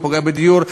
זה פוגע בדיור,